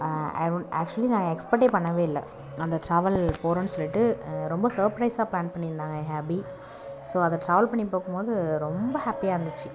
actually நான் எக்ஸ்பட்டே பண்ணவே இல்லை அந்த ட்ராவல் போகிறன்னு சொல்லிட்டு ரொம்ப சர்ப்ரைஸா பிளான் பண்ணியிருந்தாங்க என் ஹப்பி ஸோ அதை ட்ராவல் பண்ணி பார்க்கும்போது ரொம்ப ஹாப்பியாக இருந்துச்சு